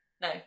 no